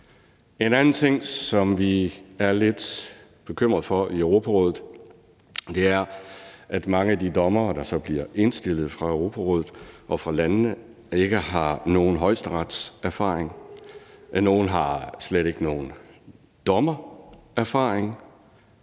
En anden ting, som vi er lidt bekymret for i forhold til Europarådet, er, at mange af de dommere, der så bliver indstillet fra Europarådet og fra landene, ikke har nogen højesteretserfaring. Nogle har slet ikke nogen dommererfaring.